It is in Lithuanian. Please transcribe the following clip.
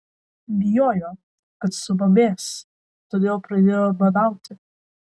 bijojo kad subobės todėl pradėjo badauti